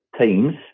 teams